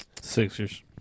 Sixers